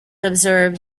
observe